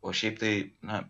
o šiaip tai na